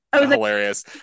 Hilarious